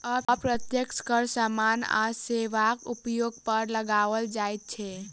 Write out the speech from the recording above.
अप्रत्यक्ष कर सामान आ सेवाक उपयोग पर लगाओल जाइत छै